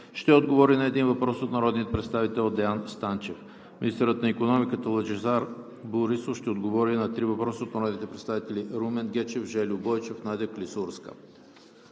ще отговори на един въпрос от народния представител Деан Станчев. 9. Министърът на икономиката Лъчезар Борисов ще отговори на три въпроса от народните представители Румен Гечев; Жельо Бойчев, Надя Клисурска.